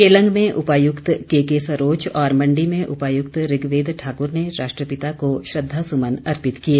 केलंग में उपायुक्त केके सरोच और मण्डी में उपायुक्त ऋग्वेद ठाकुर ने राष्ट्रपिता को श्रद्वासुमन अर्पित किए